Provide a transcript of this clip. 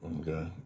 okay